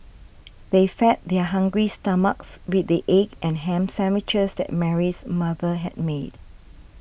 they fed their hungry stomachs with the egg and ham sandwiches that Mary's mother had made